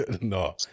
No